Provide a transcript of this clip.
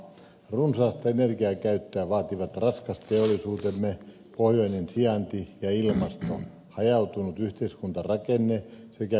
runsaasti energiankäyttöä vaativat raskasteollisuutemme pohjoinen sijainti ja ilmasto hajautunut yhteiskuntarakenne sekä korkea elintaso